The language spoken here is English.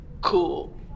cool